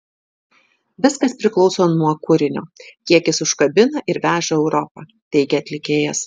viskas priklauso nuo kūrinio kiek jis užkabina ir veža europa teigė atlikėjas